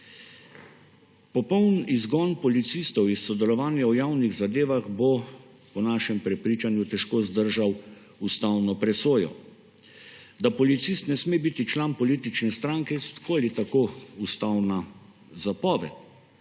Popoln izgon policistov iz sodelovanja o javnih zadevah bo po našem prepričanju težko vzdržal ustavno presojo. Da policist ne sme biti član politične stranke, je tako ali tako ustavna zapoved.